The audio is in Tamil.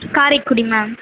காரைக்குடி மேம்